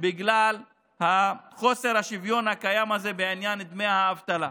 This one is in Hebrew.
בגלל חוסר השוויון הקיים בעניין דמי האבטלה.